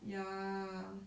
ya